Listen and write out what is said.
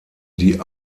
die